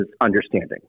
understanding